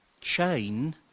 Chain